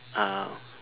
uh